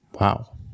wow